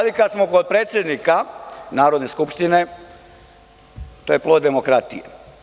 Kada smo kod predsednika Narodne skupštine, to je plod demokratije.